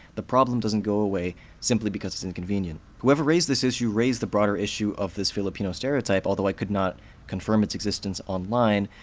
the problem doesn't go away simply because it's inconvenient. whoever raised this issue raised the broader issue of this filipino stereotype, although i could not confirm its existence online,